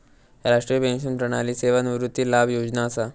राष्ट्रीय पेंशन प्रणाली सेवानिवृत्ती लाभ योजना असा